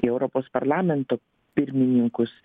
į europos parlamento pirmininkus